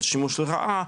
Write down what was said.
על שימוש לרעה,